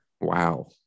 Wow